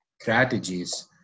strategies